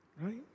Right